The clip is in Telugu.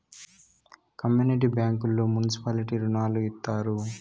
కమ్యూనిటీ బ్యాంకుల్లో మున్సిపాలిటీ రుణాలు ఇత్తారు